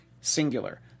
Singular